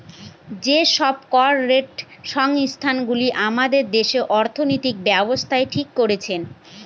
যে সব কর্পরেট সংস্থা গুলো আমাদের দেশে অর্থনৈতিক ব্যাবস্থা ঠিক করছে